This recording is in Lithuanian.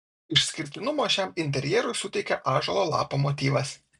išskirtinumo šiam interjerui suteikia ąžuolo lapo motyvas